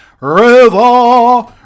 River